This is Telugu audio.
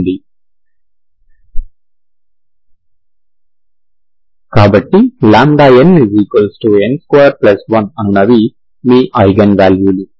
ఉంది కాబట్టి nn21 అనునవి మీ ఐగెన్ వాల్యూలు